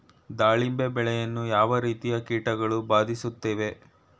ದಾಳಿಂಬೆ ಬೆಳೆಯನ್ನು ಯಾವ ರೀತಿಯ ಕೀಟಗಳು ಬಾಧಿಸುತ್ತಿವೆ?